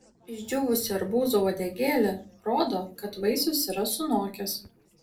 išdžiūvusi arbūzo uodegėlė rodo kad vaisius yra sunokęs